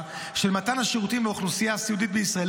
של מתן השירותים לאוכלוסייה הסיעודית בישראל,